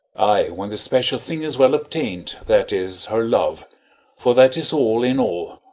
ay, when the special thing is well obtain'd, that is, her love for that is all in all.